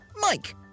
Mike